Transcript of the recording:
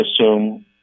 assume